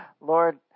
Lord